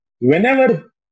Whenever